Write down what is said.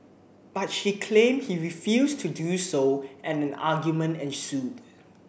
but she claimed he refused to do so and an argument ensued